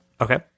Okay